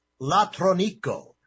latronico